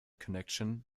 connection